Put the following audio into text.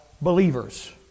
believers